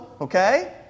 okay